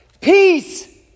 Peace